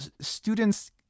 students